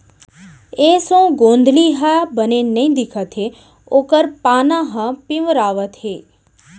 एसों गोंदली ह बने नइ दिखत हे ओकर पाना ह पिंवरावत हे